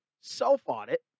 self-audit